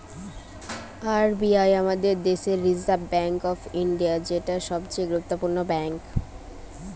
R B I আমাদের দেশের reserve bank of India, যেটা সবচে গুরুত্বপূর্ণ ব্যাঙ্ক